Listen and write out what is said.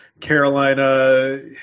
Carolina